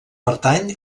pertany